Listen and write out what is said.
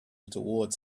toward